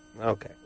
Okay